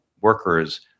workers